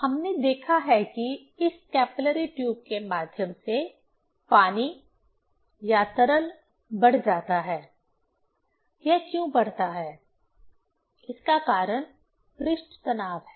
हमने देखा है कि इस कैपिलरी ट्यूब के माध्यम से पानी या तरल बढ़ जाता है यह क्यों बढ़ता है इसका कारण पृष्ठ तनाव है